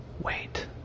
Wait